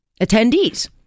attendees